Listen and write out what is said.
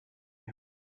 you